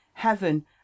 heaven